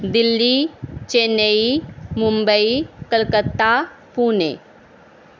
Delhi Chennai Mumbai Calcutta Pune